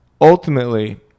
ultimately